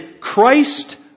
Christ